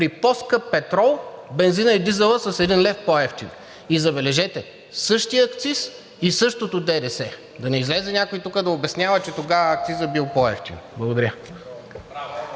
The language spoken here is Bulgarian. при по-скъп петрол бензинът и дизелът са с един лев по-евтини и забележете, същият акциз и същото ДДС. Да не излезе някой тук да обяснява, че тогава акцизът е бил по-евтин. Благодаря